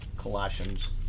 Colossians